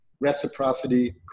reciprocity